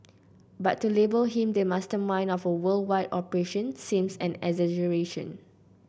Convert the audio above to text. but to label him the mastermind of a worldwide operation seems an exaggeration